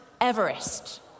Everest